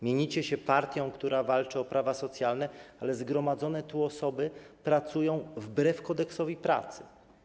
Mienicie się partią, która walczy o prawa socjalne, ale zgromadzone tu osoby pracują wbrew Kodeksowi pracy.